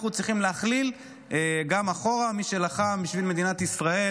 אנחנו צריכים להכליל גם אחורה את מי שלחם בשביל מדינת ישראל,